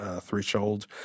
threshold